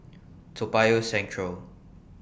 Toa Payoh Central